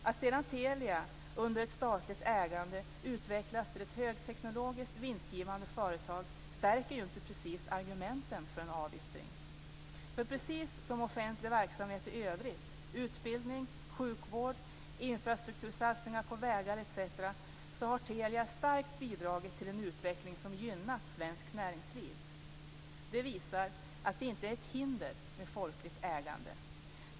Att sedan Telia under ett statligt ägande utvecklats till ett högteknologiskt vinstgivande företag stärker ju inte precis argumenten för en avyttring, för precis som i offentlig verksamhet i övrigt - utbildning, sjukvård, infrastruktursatsningar på vägar etc. - har Telia starkt bidragit till en utveckling som gynnat svenskt näringsliv. Det visar att det inte är ett hinder med folkligt ägande.